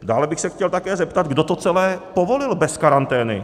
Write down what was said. Dále bych se chtěl také zeptat, kdo to celé povolil bez karantény.